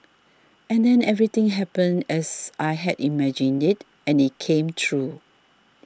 and then everything happened as I had imagined it and it came true